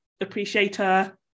appreciator